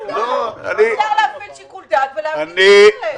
מותר להפעיל שיקול דעת ולהחליט אחרת.